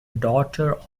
daughter